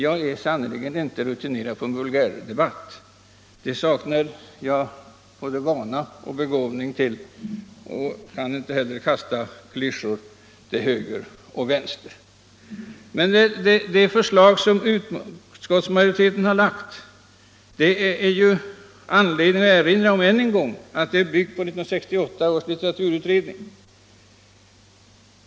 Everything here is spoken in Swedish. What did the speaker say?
Jag är sannerligen inte rutinerad när det gäller vulgärdebatter: jag saknar både begåvning och vana och kan inte heller kasta klyschor omkring mig till höger och vänster. Men det förslag som utskottsmajoriteten har framlagt — det finns anledning att erinra om detta faktum ännu en gång — är byggt på 1968 års litteraturutredning.